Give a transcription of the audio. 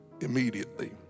immediately